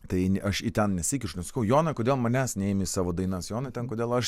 tai aš į ten nesikišu nesakau jonai kodėl manęs neimi savo dainas jonai ten kodėl aš